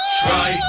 try